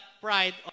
pride